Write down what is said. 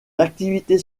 activités